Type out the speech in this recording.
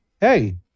hey